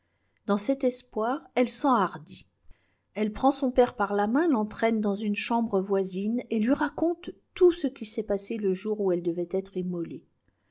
dans cet espoir elle s'enhardit elle prend son père par la main l'entraîne dans une chambre voisme et lui raconte tout ce qui s'est passé le jour où elle devait être immolée